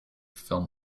film